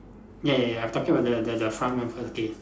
ya ya ya I'm talking about the the the front one first gate